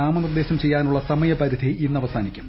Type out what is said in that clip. നാമനിർദ്ദേശം ചെയ്യാനുള്ള സമയപരിധി ഇന്ന് അവസാനിക്കും